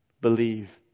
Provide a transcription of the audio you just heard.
believe